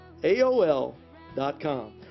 aol.com